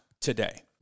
today